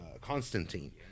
Constantine